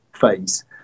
phase